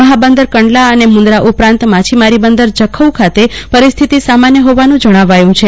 મહાબંદર કંડલા અને મન્દ્રા ઉપરાંત માછીમારી બંદર જખા ખાતે પરિસ્થિતિ સામાન્ય હોવાન જણાવ્ય છે